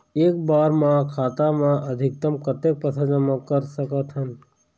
एक बार मा खाता मा अधिकतम कतक पैसा जमा कर सकथन?